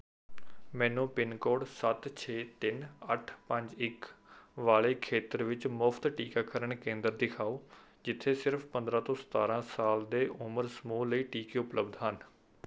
ਮੈਨੂੰ ਪਿੰਨਕੋਡ ਸੱਤ ਛੇ ਤਿੰਨ ਅੱਠ ਪੰਜ ਇੱਕ ਵਾਲੇ ਖੇਤਰ ਵਿੱਚ ਮੁਫ਼ਤ ਟੀਕਾਕਰਨ ਕੇਂਦਰ ਦਿਖਾਉ ਜਿੱਥੇ ਸਿਰਫ਼ ਪੰਦਰਾਂ ਤੋਂ ਸਤਾਰਾਂ ਸਾਲ ਦੇ ਉਮਰ ਸਮੂਹ ਲਈ ਟੀਕੇ ਉਪਲਬਧ ਹਨ